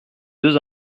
deux